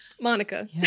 Monica